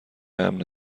امن